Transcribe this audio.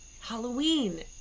Halloween